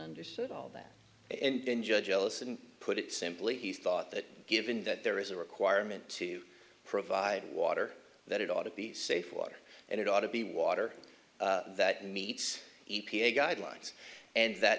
understood all that and then judge ellison put it simply he thought that given that there is a requirement to provide water that it ought to be safe water and it ought to be water that meets e p a guidelines and that